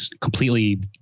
completely